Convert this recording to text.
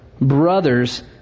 Brothers